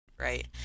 Right